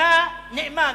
מינה נאמן.